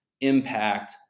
impact